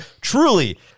truly